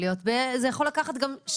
זה יכול לקחת גם שנים.